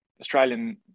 australian